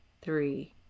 three